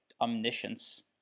omniscience